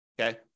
okay